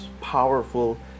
powerful